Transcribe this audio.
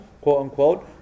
quote-unquote